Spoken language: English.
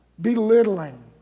belittling